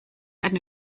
eine